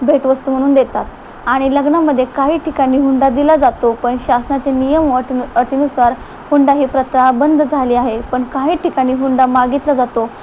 भेटवस्तू म्हणून देतात आणि लग्नामध्ये काही ठिकाणी हुंडा दिला जातो पण शासनाचे नियम अट अटीनुसार हुंडा ही प्रथा बंद झाली आहे पण काही ठिकाणी हुंडा मागितला जातो